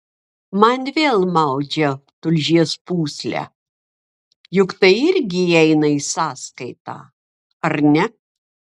man vėl maudžia tulžies pūslę juk tai irgi įeina į sąskaitą ar ne